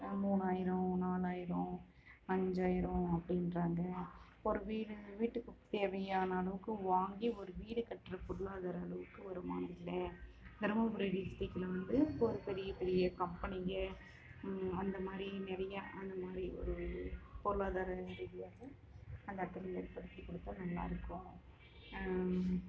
மூணாயிரம் நாலாயிரம் அஞ்சாயிரம் அப்படின்றாங்க ஒரு வீடு வீட்டுக்கு தேவையான அளவுக்கு வாங்கி ஒரு வீடு கட்டுற பொருளாதார அளவுக்கு வருமானம் இல்லை தருமபுரி டிஸ்ட்டிக்கில் வந்து இப்போது ஒரு பெரிய பெரிய கம்பெனிங்கள் அந்த மாதிரி நிறைய அந்த மாதிரி ஒரு பொருளாதார ரீதியாக அந்த இடத்துல ஏற்படுத்தி கொடுத்தா நல்லாயிருக்கும்